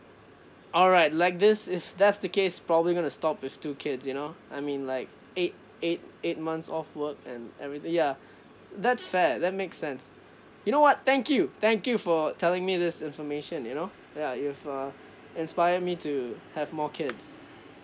alright like this if that's the case probably gonna stop with two kids you know I mean like eight eight eight months off work and everything ya that's fair that make sense you know what thank you thank you for telling me this information you know ya you've uh inspired me to have more kids